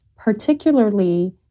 particularly